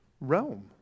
realm